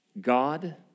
God